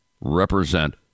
represent